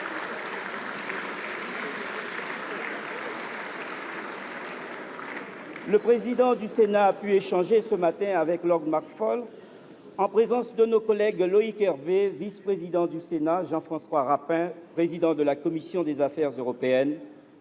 Le président du Sénat a pu échanger ce matin avec Lord McFall, en présence de Loïc Hervé, vice président du Sénat, Jean François Rapin, président de la commission des affaires européennes,